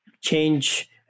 change